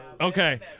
Okay